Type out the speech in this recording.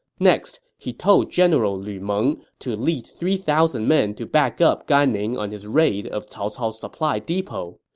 next, he told the general lu meng to lead three thousand men to back up gan ning on his raid of cao cao's supply depot.